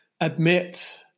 admit